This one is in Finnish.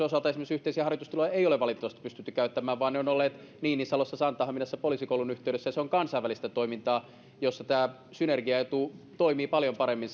osalta esimerkiksi yhteisiä harjoitustiloja ei ole valitettavasti pystytty käyttämään vaan ne ovat olleet niinisalossa santahaminassa poliisikoulun yhteydessä ja se on kansainvälistä toimintaa jossa tämä synergiaetu toimii paljon paremmin